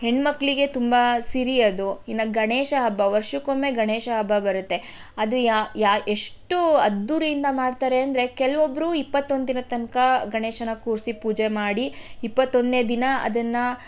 ಹೆಣ್ಣುಮಕ್ಳಿಗೆ ತುಂಬ ಸಿರಿ ಅದು ಇನ್ನು ಗಣೇಶ ಹಬ್ಬ ವರ್ಷಕ್ಕೊಮ್ಮೆ ಗಣೇಶ ಹಬ್ಬ ಬರುತ್ತೆ ಅದು ಯಾ ಯಾ ಎಷ್ಟು ಅದ್ದೂರಿಯಿಂದ ಮಾಡ್ತಾರೆ ಅಂದರೆ ಕೆಲವೊಬ್ಬ್ರು ಇಪ್ಪತ್ತೊಂದು ತನಕ ಗಣೇಶನ್ನ ಕೂರಿಸಿ ಪೂಜೆ ಮಾಡಿ ಇಪ್ಪತ್ತೊಂದನೆ ದಿನ ಅದನ್ನು